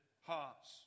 hearts